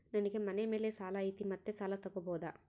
ನನಗೆ ಮನೆ ಮೇಲೆ ಸಾಲ ಐತಿ ಮತ್ತೆ ಸಾಲ ತಗಬೋದ?